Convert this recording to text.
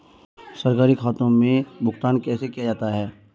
सरकारी खातों में भुगतान कैसे किया जाता है?